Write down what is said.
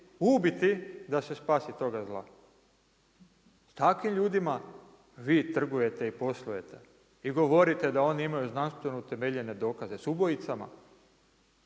ubiti da se spasi toga zla. S takvim ljudima vi trgujete i poslujete i govorite da oni imaju znanstveno utemeljene dokaze. S ubojicama?